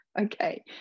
Okay